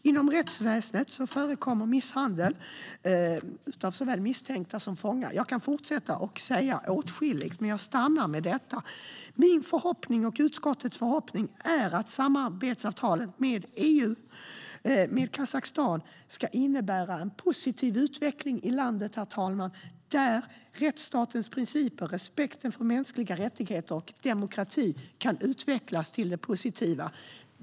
Inom rättsväsendet förekommer misshandel av såväl misstänkta som fångar. Jag kan säga åtskilligt mer, men jag stannar vid detta. Min och utskottets förhoppning är att samarbetsavtalet med Kazakstan ska innebära en positiv utveckling i landet när det gäller rättsstatens principer, respekten för mänskliga rättigheter och demokratin, herr talman.